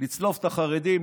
לצלוב את החרדים,